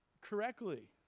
correctly